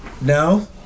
No